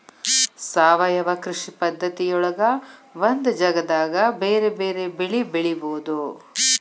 ಸಾವಯವ ಕೃಷಿ ಪದ್ಧತಿಯೊಳಗ ಒಂದ ಜಗದಾಗ ಬೇರೆ ಬೇರೆ ಬೆಳಿ ಬೆಳಿಬೊದು